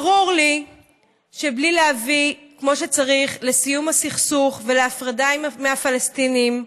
ברור לי שבלי להביא כמו שצריך לסיום הסכסוך ולהפרדה מהפלסטינים,